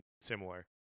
similar